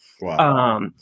Wow